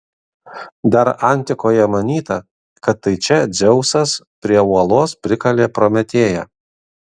dar antikoje manyta kad tai čia dzeusas prie uolos prikalė prometėją